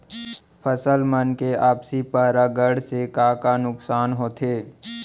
फसल मन के आपसी परागण से का का नुकसान होथे?